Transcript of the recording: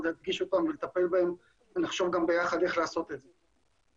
להדגיש אותם ולטפל בהם ולחשוב גם ביחד איך לעשות את זה.